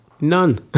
None